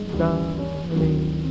darling